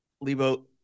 Lebo